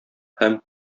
һәм